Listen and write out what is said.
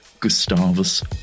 Gustavus